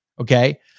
Okay